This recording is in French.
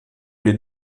les